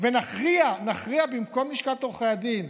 ונכריע במקום לשכת עורכי הדין,